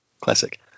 classic